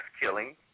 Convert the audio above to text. killing